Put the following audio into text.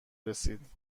رسید